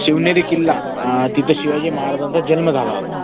शिवनेरी किल्ला तिथं शिवाजी महाराजांचा जन्म झाला होता